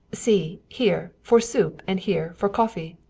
see, here for soup and here for coffee.